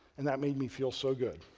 and that made me feel so good.